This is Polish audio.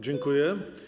Dziękuję.